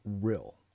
real